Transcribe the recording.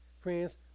friends